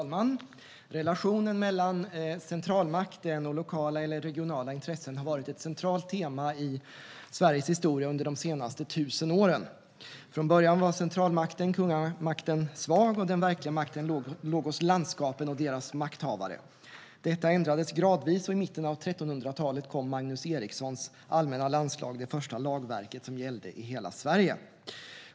Fru talman! Relationen mellan centralmakten och lokala eller regionala intressen har varit ett centralt tema i Sveriges historia under de senaste tusen åren. Från början var centralmakten - kungamakten - svag, och den verkliga makten låg hos landskapen och deras makthavare. Detta ändrades gradvis, och i mitten av 1300-talet kom Magnus Erikssons allmänna landslag, det första lagverket som gällde i hela Sverige.